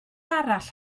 arall